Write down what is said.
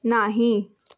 नाही